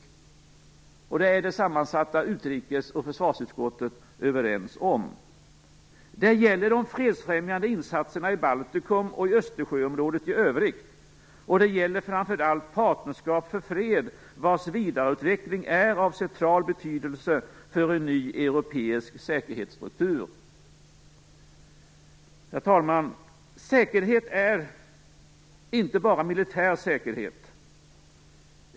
Det är man överens om i det sammansatta utrikes och försvarsutskottet. Det gäller de fredsfrämjande insatserna i Baltikum och i Östersjöområdet i övrigt, och det gäller framför allt Partnerskap för fred, vars vidareutveckling är av central betydelse för en ny europeisk säkerhetsstruktur. Herr talman! Säkerhet är inte bara militär säkerhet.